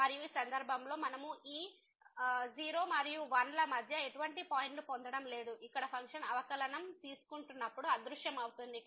మరియు ఈ సందర్భంలో మనము ఈ 0 మరియు 1 ల మధ్య ఎటువంటి పాయింట్ను పొందడం లేదు ఇక్కడ ఫంక్షన్ అవకలనం తీసుకుంటున్నప్పుడు అదృశ్యమవుతుంది